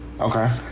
okay